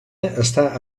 està